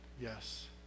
Yes